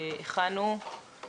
שאיתם